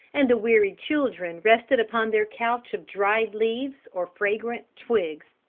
and the wearied children rested upon their couch of dried leaves or fragrant twigs.